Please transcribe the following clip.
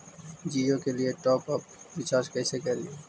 जियो के लिए top up recharge कैसे करी?